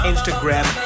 Instagram